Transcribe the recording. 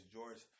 George